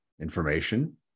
information